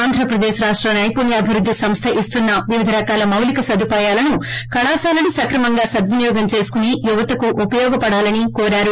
ఆంధ్రప్రదేశ్ రాష్ట నైపుణ్యభివుద్ది సంస్ద ఇస్తున్న వివిధ రకాల మౌలిక సదుపాయాలను కళాశాలలు సక్రమంగ్లా సద్వినియోగం చేసుకుని యువతకు ఉపయోగపడాలని కోరారు